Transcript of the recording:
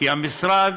כי המשרד